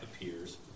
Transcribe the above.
appears